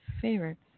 favorites